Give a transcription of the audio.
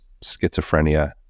schizophrenia